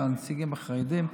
עם הנציגים החרדים,